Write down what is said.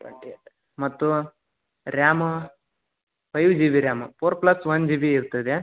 thirty eight ಮತ್ತು RAM five G B RAM four plus one G B ಇರ್ತದೆ